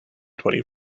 twenty